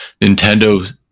Nintendo